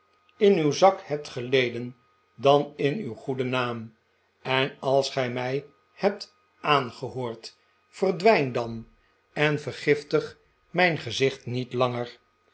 in uw zak hebt geleden dan in uw goeden naam en als gij mij hebt aangehoord verdwijn dan en vergiftig mijn gezicht niet langer